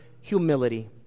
humility